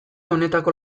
honetako